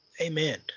amen